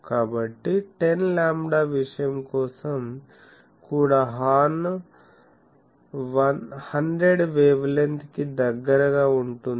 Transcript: కాబట్టి 10 లాంబ్డా విషయం కోసం కూడా హార్న్ 100 వేవ్లెంగ్థ్ కి దగ్గరగా ఉంటుంది